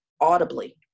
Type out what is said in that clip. audibly